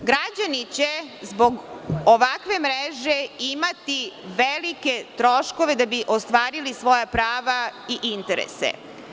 Građani će zbog ovakve mreže imati velike troškove da bi ostvarili svoja prava i interese.